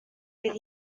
fydd